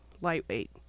lightweight